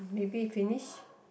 maybe finish